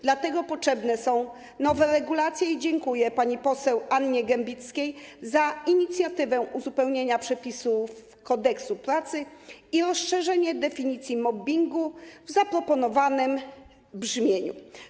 Dlatego potrzebne są nowe regulacje i dziękuję pani poseł Annie Gembickiej za inicjatywę uzupełnienia przepisów Kodeksu pracy i rozszerzenie definicji mobbingu w zaproponowanym brzmieniu.